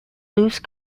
loose